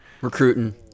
recruiting